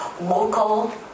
local